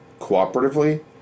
cooperatively